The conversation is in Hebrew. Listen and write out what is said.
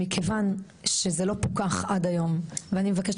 מכיוון שזה לא פוקח עד היום ואני מבקשת